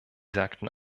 sagten